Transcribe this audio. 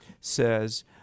says